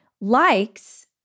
likes